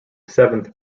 seventh